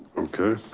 okay.